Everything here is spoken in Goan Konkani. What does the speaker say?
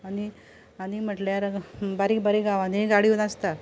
आनी आनी म्हटल्यार बारीक बारीक गांवांनी गाडयो नासता